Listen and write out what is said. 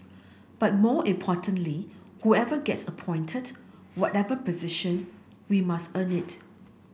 but more importantly whoever gets appointed whatever position we must earn it